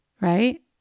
right